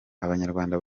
abanyarwanda